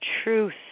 Truth